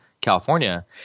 California